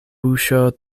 buŝo